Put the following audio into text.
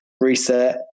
reset